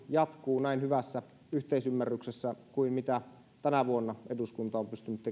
jatkuu näin hyvässä yhteisymmärryksessä kuin mitä tänä vuonna eduskunta on pystynyt